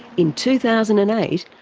in two thousand and eight,